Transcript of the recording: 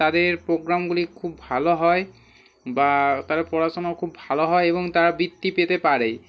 তাদের প্রোগ্রামগুলি খুব ভালো হয় বা তারা পড়াশুনোও খুব ভালো হয় এবং তারা বৃত্তি পেতে পারে